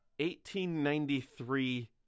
1893